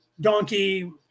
donkey